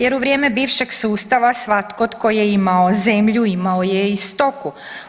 Jer u vrijeme bivšeg sustava svatko tko je imao zemlju imao je i stoku.